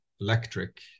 Electric